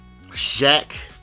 Shaq